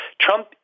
Trump